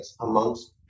amongst